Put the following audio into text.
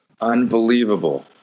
unbelievable